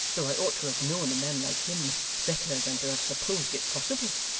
though i ought to have known a man like him better than to have supposed it possible